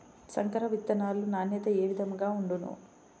సంకర విత్తనాల నాణ్యత ఏ విధముగా ఉండును?